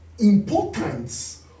importance